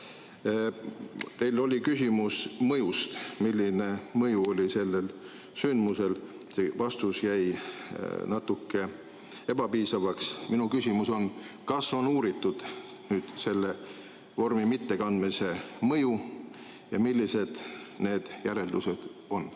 Teile oli küsimus mõjust, milline mõju oli sellel sündmusel. Vastus jäi natuke ebapiisavaks. Minu küsimus on, kas on uuritud selle vormi mittekandmise mõju ja kui on, siis millised need järeldused on.